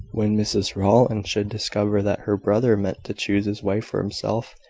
when mrs rowland should discover that her brother meant to choose his wife for himself,